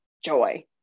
joy